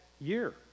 year